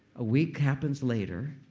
a week happens later,